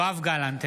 יואב גלנט,